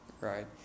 right